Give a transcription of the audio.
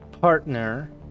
partner